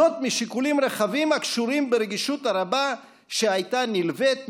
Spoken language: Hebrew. זאת משיקולים רחבים הקשורים ברגישות הרבה שהייתה נלווית,